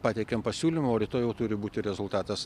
pateikėm pasiūlymą o rytoj jau turi būti rezultatas